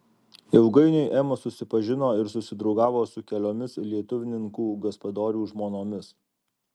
ilgainiui ema susipažino ir susidraugavo su keliomis lietuvninkų gaspadorių žmonomis